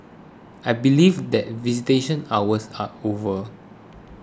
I believe that visitation hours are over